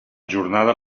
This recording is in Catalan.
jornada